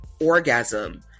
Orgasm